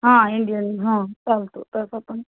हा इंडियन हा चालतो तसं आपण